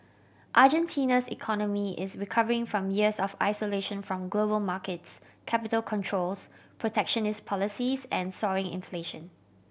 Argentina's economy is recovering from years of isolation from global markets capital controls protectionist policies and soaring inflation